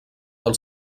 del